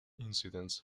incidents